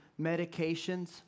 medications